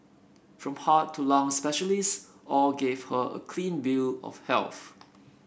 from heart to lung specialists all gave her a clean bill of health